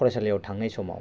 फरायसालियाव थांनाय समाव